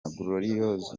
gloriose